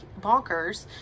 bonkers